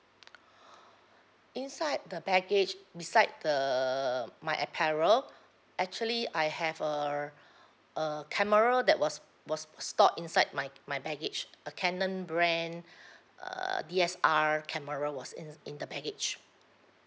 inside the baggage beside the my apparel actually I have err a camera that was was was stored inside my my baggage a canon brand err D_S_L_R camera was in in the baggage